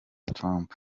trump